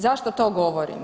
Zašto to govorim?